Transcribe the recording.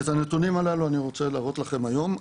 ואת הנתונים הללו אני רוצה להראות לכם היום.